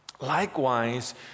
Likewise